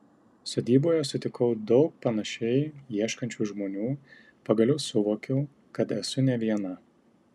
sodyboje sutikau daug panašiai ieškančių žmonių pagaliau suvokiau kad esu ne viena